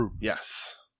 Yes